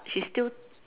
she still